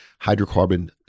hydrocarbon